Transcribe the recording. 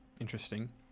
Interesting